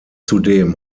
zudem